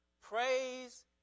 praise